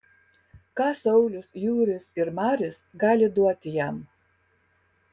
ką saulius jūris ir maris gali duoti jam